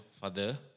father